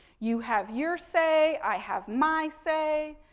you have your say i have my say,